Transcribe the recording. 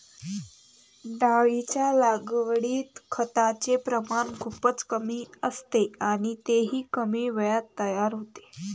डाळींच्या लागवडीत खताचे प्रमाण खूपच कमी असते आणि तेही कमी वेळात तयार होते